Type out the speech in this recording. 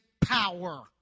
power